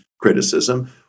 criticism